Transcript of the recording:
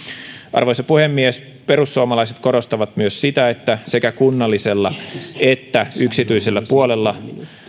arvoisa puhemies perussuomalaiset korostavat myös sitä että sekä kunnallisella että yksityisellä puolella